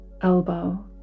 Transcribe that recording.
elbow